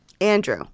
Andrew